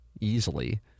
easily